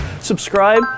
subscribe